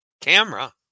camera